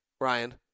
Ryan